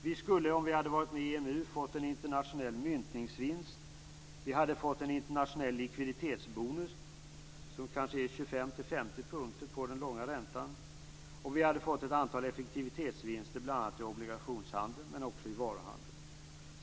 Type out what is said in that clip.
Vi skulle, om vi hade varit med i EMU, ha fått en internationell myntningsvinst, vi hade fått en internationell likviditetsbonus som kanske är 25-50 punkter på den långa räntan, och vi hade fått ett antal effektivitetsvinster, bl.a. i obligationshandeln men också i varuhandeln.